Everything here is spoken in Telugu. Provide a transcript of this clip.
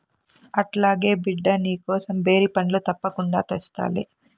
అట్లాగే బిడ్డా, నీకోసం బేరి పండ్లు తప్పకుండా తెస్తాలే